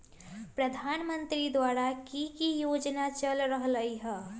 प्रधानमंत्री द्वारा की की योजना चल रहलई ह?